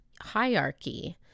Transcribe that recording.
hierarchy